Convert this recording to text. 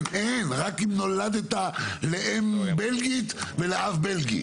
רק אם נולדת לאם בלגית ולאב בלגי.